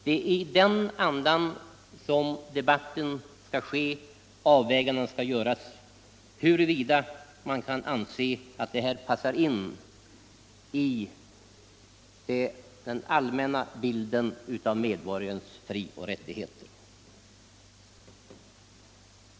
Det är i den andan som debatten skall hållas och avvägningen göras huruvida man kan anse att kollektivanslutningen passar in i den nya allmänna bilden av medborgarens frioch rättigheter.